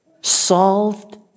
solved